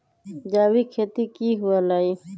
जैविक खेती की हुआ लाई?